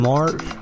March